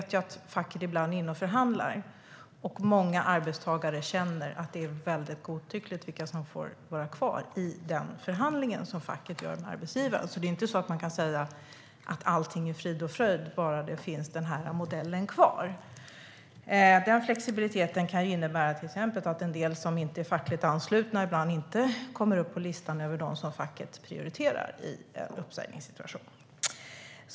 Jag vet att facket ibland är inne och förhandlar, och många arbetstagare känner att det är väldigt godtyckligt vilka som får vara kvar i den förhandling facket har med arbetsgivaren. Man kan alltså inte säga att allt är frid och fröjd bara denna modell finns kvar. Denna flexibilitet kan innebära att en del som inte är fackligt anslutna ibland inte kommer upp på listan över dem som facket prioriterar i en uppsägningssituation.